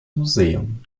museum